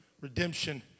Redemption